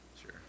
Sure